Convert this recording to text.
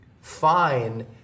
Fine